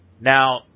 Now